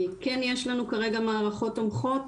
כן יש לנו כרגע מערכות תומכות,